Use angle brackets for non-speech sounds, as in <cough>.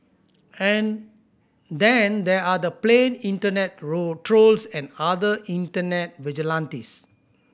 and then there are the plain internet <unintelligible> trolls and other internet vigilantes